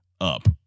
up